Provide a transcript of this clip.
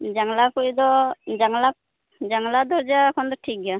ᱡᱟᱱᱞᱟ ᱠᱚᱫᱚ ᱡᱟᱱᱞᱟ ᱫᱚᱨᱡᱟ ᱮᱠᱷᱚᱱ ᱫᱚ ᱴᱷᱤᱠ ᱜᱮᱭᱟ